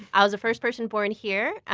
i was the first person born here.